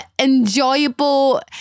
enjoyable